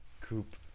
Coupe